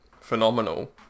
phenomenal